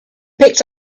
picked